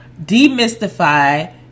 demystify